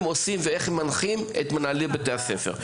עושים ועל איך הם מנחים את מנהלי בתי הספר.